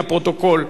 לפרוטוקול,